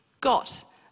got